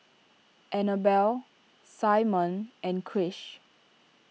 Annabell Simone and Krish